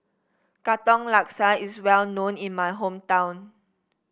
Katong Laksa is well known in my hometown